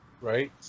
Right